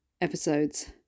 episodes